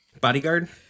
bodyguard